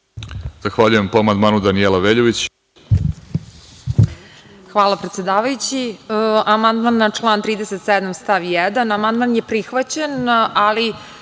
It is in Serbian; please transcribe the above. Zahvaljujem. Po amandmanu Danijela Veljović.